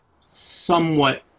somewhat